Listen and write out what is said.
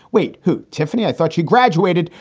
wait, who? tiphanie. i thought he graduated.